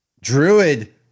Druid